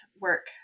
work